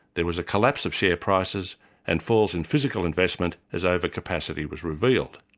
there was a collapse of share prices and falls in physical investment as over-capacity was revealed.